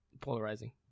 polarizing